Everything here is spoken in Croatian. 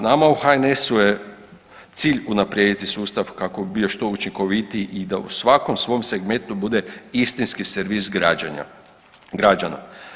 Nama u HNS-u je cilj unaprijediti sustav kako bi bio što učinkovitiji i da u svakom svom segmentu bude istinski servis građenja, građana.